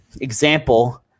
example